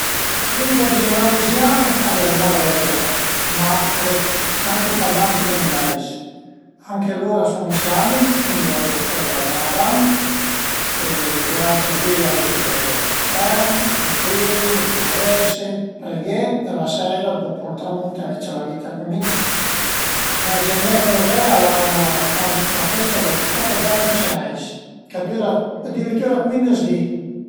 Cun mia mare parlavu ël piemunteis, me pare ël piemunteis e a volte cuai parole dë patuà e i miei nonu a m'parlavu ën piemunteis, ma ën tra lur a parlavu anche patuà e anche fora cun i amis e alura l'ai cumincià co mi a parlé ën po dë patuà